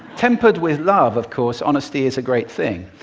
tempered with love, of course, honesty is a great thing.